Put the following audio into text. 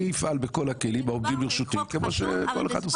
אני אפעל בכל הכלים העומדים לרשותי כמו שכל אחד עושה.